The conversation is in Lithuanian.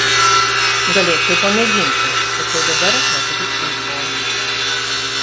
galėčiau pamėginti tačiau dabar neturiu ūpo